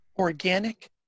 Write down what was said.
organic